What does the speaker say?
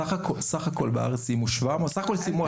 סך הכול בארץ סיימו 700. סך הכול סיימו